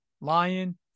Lion